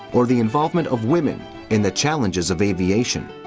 or the involvement of women in the challenges of aviation,